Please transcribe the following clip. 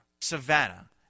Savannah